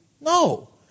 No